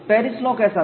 Paris law कैसा था